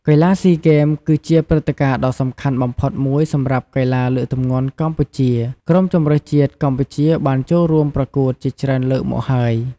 កីឡាស៊ីហ្គេម គឺជាព្រឹត្តិការណ៍ដ៏សំខាន់បំផុតមួយសម្រាប់កីឡាលើកទម្ងន់កម្ពុជា។ ក្រុមជម្រើសជាតិកម្ពុជាបានចូលរួមប្រកួតជាច្រើនលើកមកហើយ។